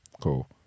Cool